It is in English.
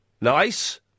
Nice